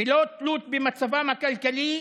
בלא תלות במצבם הכלכלי,